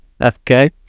Okay